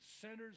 centers